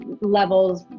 levels